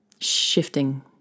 shifting